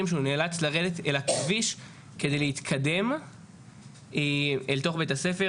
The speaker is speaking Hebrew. שהוא נאלץ לרדת אל הכביש כדי להתקדם אל תוך בית הספר,